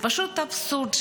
זה פשוט אבסורד.